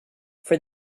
for